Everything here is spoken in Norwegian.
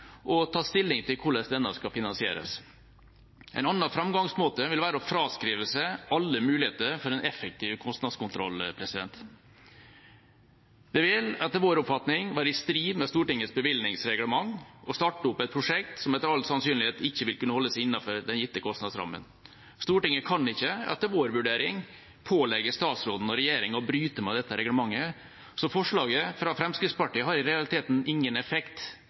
og tatt stilling til hvordan denne skal finansieres. En annen framgangsmåte vil være å fraskrive seg alle muligheter for en effektiv kostnadskontroll. Det vil etter vår oppfatning være i strid med Stortingets bevilgningsreglement å starte opp et prosjekt som etter all sannsynlighet ikke vil kunne holdes innenfor den gitte kostnadsrammen. Stortinget kan ikke, etter vår vurdering, pålegge statsråden og regjeringa å bryte med dette reglementet, så forslaget fra Fremskrittspartiet har i realiteten ingen effekt,